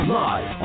live